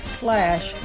slash